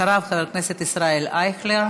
אחריו, חבר הכנסת ישראל אייכלר,